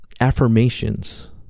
affirmations